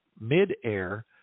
midair